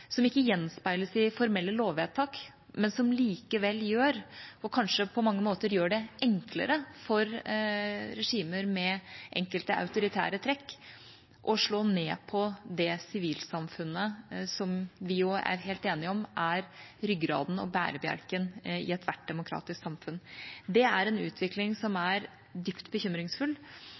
som ikke gjenspeiles i formelle lovvedtak, men som likevel kanskje på mange måter gjør det enklere for regimer med enkelte autoritære trekk å slå ned på det sivilsamfunnet som vi er helt enige om er ryggraden og bærebjelken i ethvert demokratisk samfunn. Det er en utvikling som er dypt bekymringsfull,